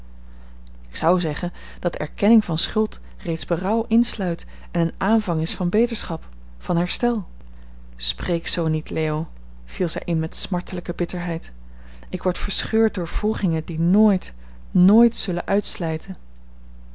ik zou zeggen dat erkenning van schuld reeds berouw insluit en een aanvang is van beterschap van herstel spreek zoo niet leo viel zij in met smartelijke bitterheid ik word verscheurd door wroegingen die nooit nooit zullen uitslijten